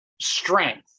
strength